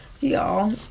Y'all